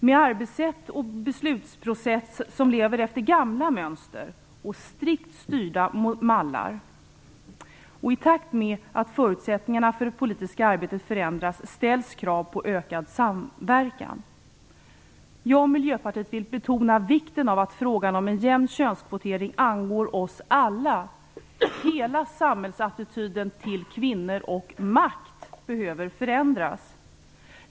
Med ett arbetssätt och en beslutsprocess som fungerar efter gamla mönster, med strikt styrda mallar och i takt med att förutsättningarna för det politiska arbetet förändras ställs krav på ökad samverkan. Jag och Miljöpartiet vill betona vikten av att frågan om en jämn könskvotering angår oss alla. Hela samhällsattityden gentemot kvinnor och makt behöver förändras.